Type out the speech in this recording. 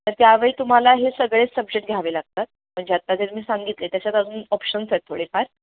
तर त्यावेळी तुम्हाला हे सगळेच सब्जेक्ट घ्यावे लागतात म्हणजे आता जर मी सांगितले त्याच्यात अजून ऑप्शन्स आहेत थोडेफार